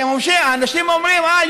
כי האנשים אומרים: אה,